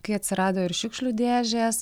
kai atsirado ir šiukšlių dėžės